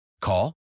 Call